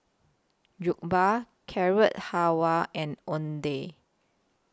Jokbal Carrot Halwa and Oden